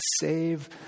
save